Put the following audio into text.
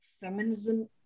feminism